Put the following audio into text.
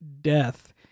death